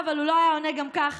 אבל הוא לא היה עונה גם ככה,